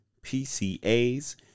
PCAs